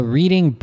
reading